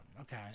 okay